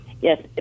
Yes